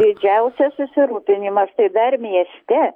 didžiausias susirūpinimas tai dar mieste